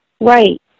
Right